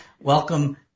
welcome